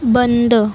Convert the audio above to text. बंद